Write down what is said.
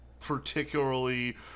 particularly